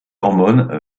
hormone